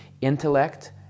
intellect